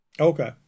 okay